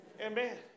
Amen